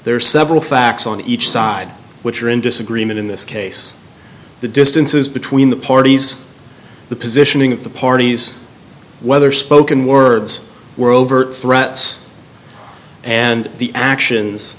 there are several facts on each side which are in disagreement in this case the distances between the parties the positioning of the parties whether spoken words were overt threats and the actions